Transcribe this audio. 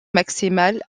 maximale